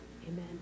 Amen